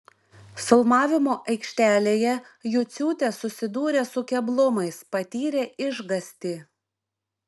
filmavimo aikštelėje juciūtė susidūrė su keblumais patyrė išgąstį